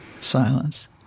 silence